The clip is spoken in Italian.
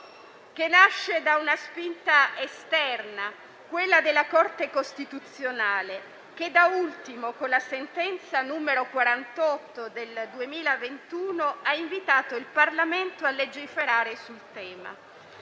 che nasce da una spinta esterna, quella della Corte costituzionale, che da ultimo, con la sentenza n. 48 del 2021, ha invitato il Parlamento a legiferare sul tema.